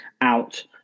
out